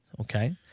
Okay